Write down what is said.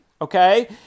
okay